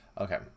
Okay